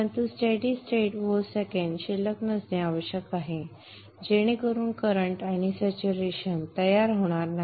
परंतु steady state volt second balance नसणे आवश्यक आहे जेणेकरून प्रवाह आणि स्टॅच्यूरेशन तयार होणार नाही